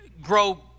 grow